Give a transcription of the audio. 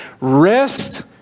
rest